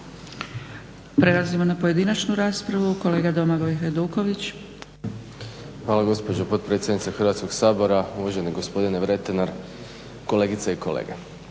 Prelazimo na pojedinačnu raspravu kolega Domagoj Hajduković. **Hajduković, Domagoj (SDP)** Hvala gospođo potpredsjednice Hrvatskog sabora. Uvaženi gospodine Vretenar, kolegice i kolege.